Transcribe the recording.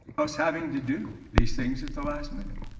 us having to do these things at the last minute.